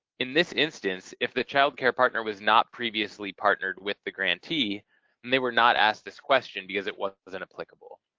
in this instance if the child care partner was not previously partnered with the grantee then they were not asked this question because it wasn't applicable.